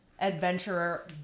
Adventurer